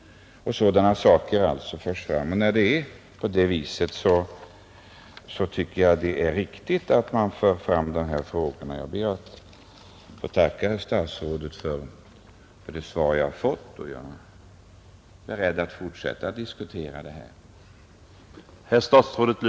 Jag ber att få tacka herr statsrådet för det svar jag fått. Jag är beredd att fortsätta att diskutera denna sak.